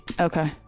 Okay